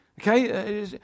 Okay